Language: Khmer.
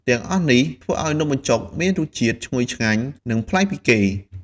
ទាំងអស់នេះធ្វើឲ្យនំបញ្ចុកមានរសជាតិឈ្ងុយឆ្ងាញ់ និងប្លែកពីគេ។